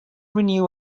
renew